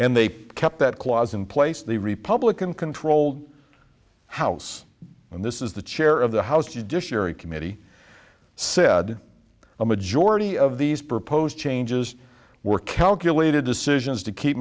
and they kept that clause in place the republican controlled house and this is the chair of the house judiciary committee said a majority of these proposed changes were calculated decisions to keep